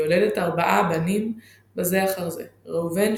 והיא יולדת ארבעה בנים בזה אחר זה ראובן,